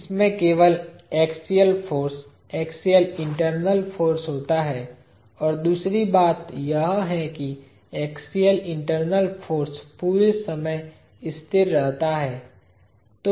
इसमें केवल axial force axial internal force होता है और दूसरी बात यह है कि एक्सियल इंटरनल फाॅर्स पूरे समय स्थिर रहता है